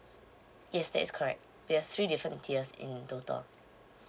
yes that is correct there have three different tiers in total